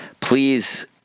Please